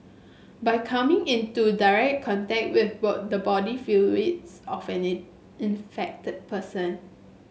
by coming into direct contact the body fluids of an infected person